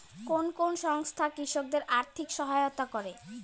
কোন কোন সংস্থা কৃষকদের আর্থিক সহায়তা করে?